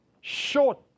short